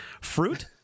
fruit